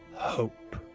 hope